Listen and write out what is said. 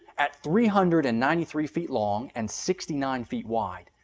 at three hundred and ninety three feet long and sixty nine feet wide,